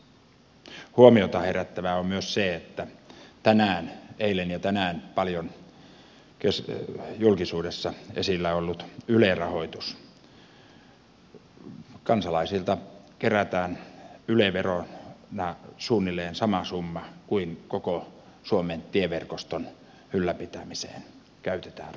huomiota herättävää on myös se eilen ja tänään on ollut paljon julkisuudessa esillä yle rahoitus että kansalaisilta kerätään yle verona suunnilleen sama summa kuin koko suomen tieverkoston ylläpitämiseen käytetään rahaa